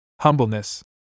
humbleness